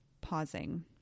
pausing